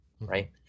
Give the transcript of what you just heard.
Right